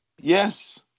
Yes